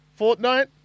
Fortnite